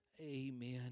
Amen